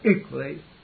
equally